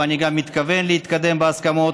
ואני גם מתכוון להתקדם בהסכמות,